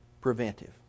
preventive